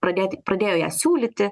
pradėti pradėjo siūlyti